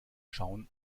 schauen